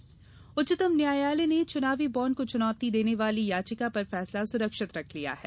चुनावी बॉण्ड उच्चतम न्यायालय ने चुनावी बॉण्ड को चुनौती देने वाली याचिका पर फैसला सुरक्षित रख लिया है